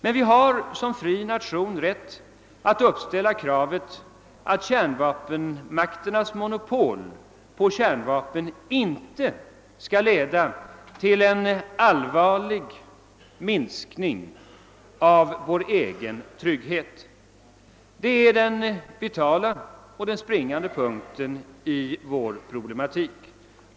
Men vi har som fri nation rätt att uppställa kravet att kärnvapenmakternas monopol på kärn vapen inte skall leda till en allvarlig minskning av vår egen trygghet. Det är den vitala och den springande punkten i vår problematik.